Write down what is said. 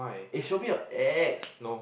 eh show me your ex